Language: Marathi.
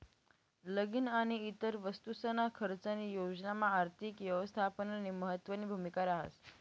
लगीन आणि इतर वस्तूसना खर्चनी योजनामा आर्थिक यवस्थापननी महत्वनी भूमिका रहास